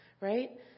Right